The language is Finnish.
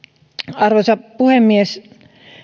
arvoisa puhemies